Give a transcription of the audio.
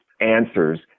answers